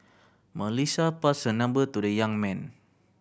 Melissa passed her number to the young man